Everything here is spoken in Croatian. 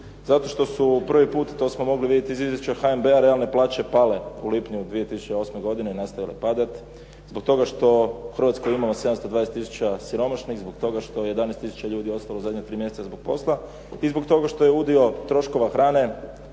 Zato što su prvi puta to smo mogli vidjeti iz izvješća HNB-a realne plaće pale u lipnju 2008. godine i nastavile padati. Zbog toga što Hrvatska imala 720 tisuća siromašnih, zbog toga što 11 tisuća ljudi ostalo u zadnja 3 mjeseca zbog posla i zbog toga što je udio troškova hrane